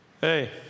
Hey